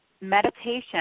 meditation